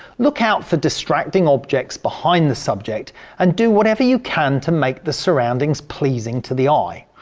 look out for distracting objects behind the subject and do whatever you can to make the surroundings pleasing to the eye.